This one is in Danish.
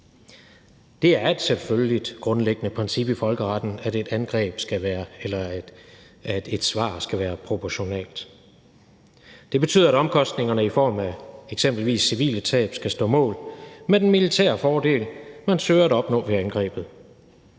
Det er et selvfølgeligt grundlæggende princip i folkeretten, at et svar skal være proportionalt. Det betyder, at omkostningerne i form af eksempelvis civile tab skal stå mål med den militære fordel, man søger at opnå ved angrebet.